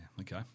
okay